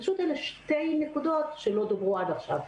אלה שתי נקודות שלא דובר בהן עד עכשיו.